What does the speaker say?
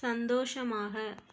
சந்தோஷமாக